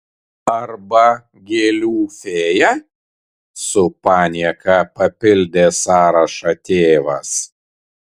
arba gėlių fėja su panieka papildė sąrašą tėvas